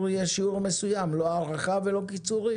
יהיה שיעור מסוים לא הארכה ולא קיצורים.